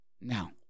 now